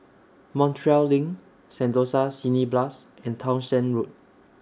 Montreal LINK Sentosa Cineblast and Townshend Road